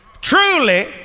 Truly